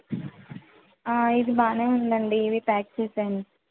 ఇది బాగానే ఉందండి ఇవి ప్యాక్ చేసేయండి